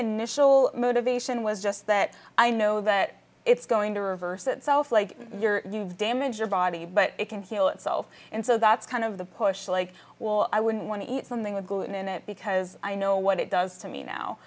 initial motivation was just that i know that it's going to reverse itself like you've damaged your body but it can heal itself and so that's kind of the push like well i wouldn't want to eat something with gluten in it because i know what it does to me